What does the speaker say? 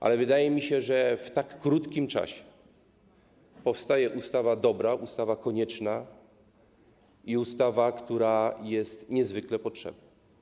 Ale wydaje mi się, że w tak krótkim czasie powstaje ustawa dobra, ustawa konieczna i ustawa, która jest niezwykle potrzebna.